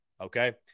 okay